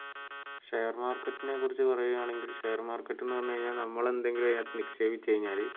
share മാർക്കറ്റിനെ കുറിച്ച് പറയുകയാണെങ്കിൽ ഷെയർ മാർക്കെറ്റെന്ന് പറഞ്ഞുകഴിഞ്ഞാൽ നമ്മൾ എന്തെങ്കിലും നിക്ഷേപിച്ച് കഴിഞ്ഞാല്